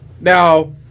Now